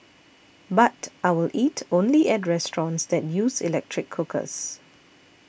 but I will eat only at restaurants that use electric cookers